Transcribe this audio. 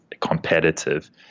competitive